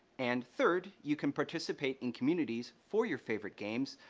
and third, you can participate in communities for your favorite games,